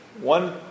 one